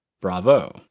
Bravo